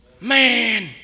Man